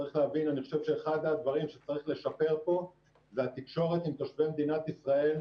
אחד הדברים שצריך לשפר פה זה את התקשורת עם תושבי מדינת ישראל,